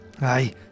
Aye